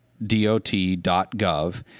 dot.gov